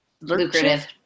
Lucrative